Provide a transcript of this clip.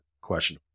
question